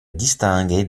distinguer